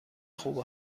خوب